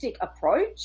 approach